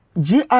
GI